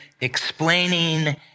explaining